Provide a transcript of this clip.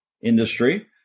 industry